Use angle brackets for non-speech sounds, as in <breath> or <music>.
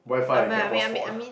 WiFi I can hotspot <breath>